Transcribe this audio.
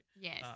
Yes